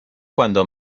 cuando